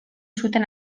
zuten